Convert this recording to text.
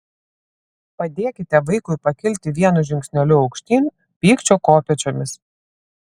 padėkite vaikui pakilti vienu žingsneliu aukštyn pykčio kopėčiomis